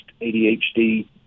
ADHD